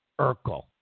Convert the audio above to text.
Urkel